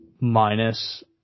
minus